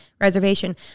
reservation